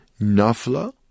Nafla